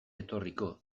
etorriko